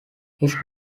his